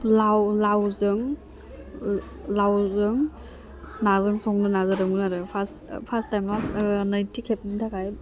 लाव लावजों लावजों नाजों संनो नाजादोमोन आरो फास्ट फास्ट टाइम मास्क नैथि खेबनि थाखाय